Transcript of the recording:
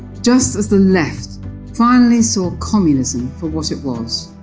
just as the left finally saw communism for what it was.